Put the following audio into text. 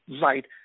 right